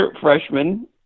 freshman